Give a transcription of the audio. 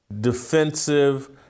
defensive